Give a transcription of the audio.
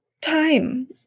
time